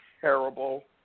terrible